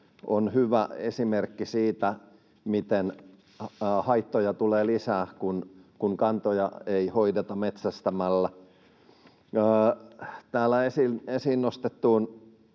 on hyvä esimerkki siitä, miten haittoja tulee lisää, kun kantoja ei hoideta metsästämällä. Täällä esiin nostettuun